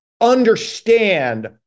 understand